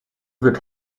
wird